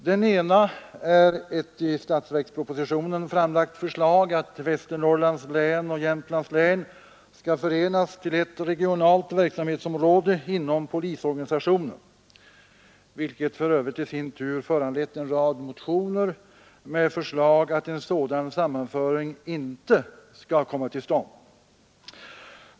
Den ena är ett i statsverkspropositionen framlagt förslag att Västernorrlands län och Jämtlands län skall förenas till ett regionalt verksamhetsområde inom polisorganisationen, vilket för övrigt i sin tur föranlett en rad motioner med förslag att en sådan sammanföring inte skall komma till stånd.